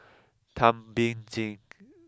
Thum Ping Tjin